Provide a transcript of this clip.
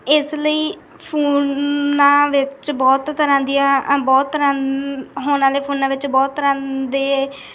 ਇਸ ਲਈ ਫੋਨਾਂ ਵਿੱਚ ਬਹੁਤ ਤਰ੍ਹਾਂ ਦੀਆਂ ਅ ਬਹੁਤ ਤਰ੍ਹਾਂ ਹੁਣ ਵਾਲੇ ਫੋਨਾਂ ਵਿੱਚ ਬਹੁਤ ਤਰ੍ਹਾਂ ਦੇ